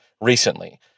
recently